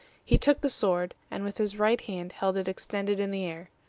he took the sword, and with his right hand held it extended in the air.